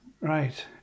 Right